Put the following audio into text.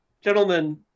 gentlemen